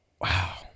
wow